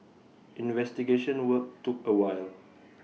investigation work took A while